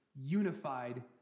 unified